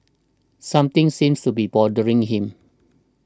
something seems to be bothering him